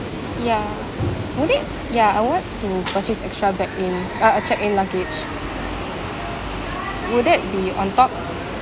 ya I think ya I want to purchase extra bag in uh check in luggage would that be on top